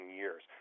years